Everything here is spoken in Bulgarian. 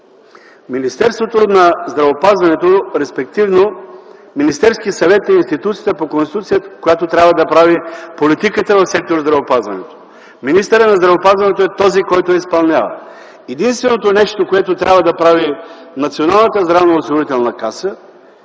Министерството на здравеопазването, респективно Министерският съвет, е институцията по Конституция, която трябва да прави политиката в сектор „Здравеопазване”. Министърът на здравеопазването е този, който я изпълнява. Единственото нещо, което трябва да прави Националната здравноосигурителна каса,